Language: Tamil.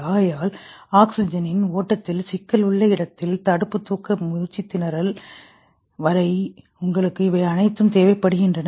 ஆகையால் ஆக்ஸிஜனின் ஓட்டத்தில் சிக்கல் உள்ள இடத்தில் தடுப்பு தூக்க மூச்சுத்திணறல் வரை உங்களுக்கு இவை அனைத்தும் தேவைப்படுகின்றன